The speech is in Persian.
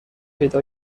پیدا